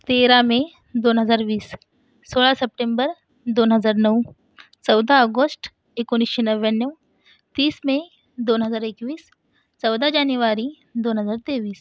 तेरा मे दोन हजार वीस सोळा सप्टेंबर दोन हजार नऊ चौदा ऑगस्ट एकोणीसशे नव्याण्णव तीस मे दोन हजार एकवीस चौदा जानेवारी दोन हजार तेवीस